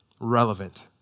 relevant